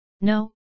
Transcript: No